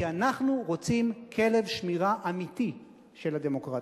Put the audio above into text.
כי אנחנו רוצים כלב שמירה אמיתי של הדמוקרטיה.